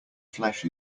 flesh